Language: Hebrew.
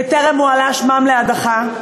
וטרם הועלה שמם להדחה,